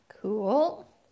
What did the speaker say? Cool